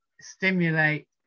stimulate